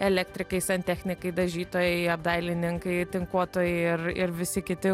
elektrikai santechnikai dažytojai apdailininkai tinkuotojai ir ir visi kiti